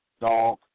dog